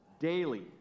Daily